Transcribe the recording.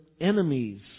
enemies